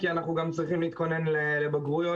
כי אנחנו גם צריכים להתכונן לבגרויות,